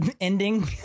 ending